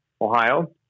Ohio